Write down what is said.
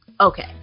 okay